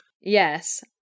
Yes